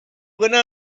până